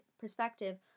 perspective